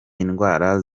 indwara